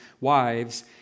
wives